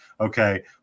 okay